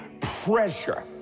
pressure